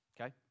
okay